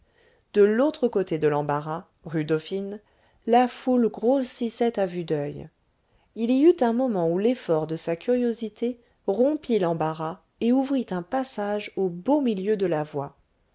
de l'autre côté de l'embarras rue dauphine la foule grossissait à vue d'oeil il y eut un moment où l'effort de sa curiosité rompit l'embarras et ouvrit un passage au beau milieu de la voie